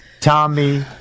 Tommy